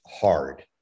hard